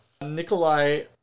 Nikolai